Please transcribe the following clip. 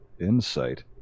Insight